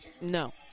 no